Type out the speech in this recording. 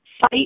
fight